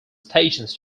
stations